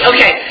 Okay